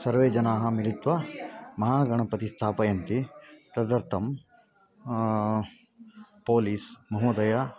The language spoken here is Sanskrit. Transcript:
सर्वे जनाः मिलित्वा महागणपतिं स्थापयन्ति तदर्थं पोलिस् महोदयाः